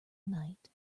night